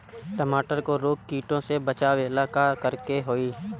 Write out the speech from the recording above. टमाटर को रोग कीटो से बचावेला का करेके होई?